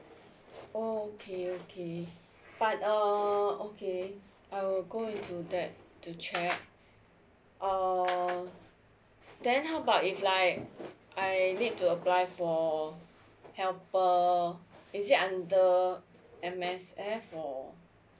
oh okay okay but err okay I will go into that to check err then how about if like I need to apply for helper err is it under M_S_F or